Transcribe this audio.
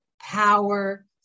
power